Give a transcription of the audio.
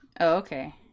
okay